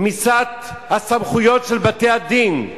רמיסת הסמכויות של בתי-הדין,